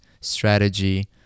strategy